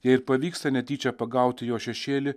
jei ir pavyksta netyčia pagauti jo šešėlį